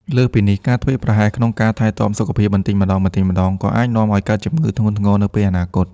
លើសពីនេះ ការធ្វេសប្រហែសក្នុងការថែទាំសុខភាពបន្តិចម្តងៗ ក៏អាចនាំឱ្យកើតជំងឺធ្ងន់ធ្ងរនៅពេលអនាគត។